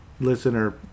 listener